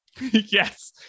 Yes